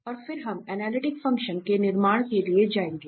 और फिर हम एनालिटिक फ़ंक्शन के निर्माण के लिए जाएंगे